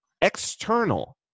external